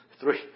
Three